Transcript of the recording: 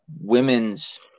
women's